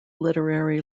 literary